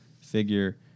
figure